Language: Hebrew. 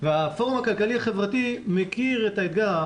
והפורום הכלכלי-חברתי מכיר את האתגר.